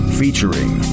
featuring